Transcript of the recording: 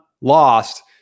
lost